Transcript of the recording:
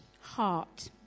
heart